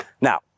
Now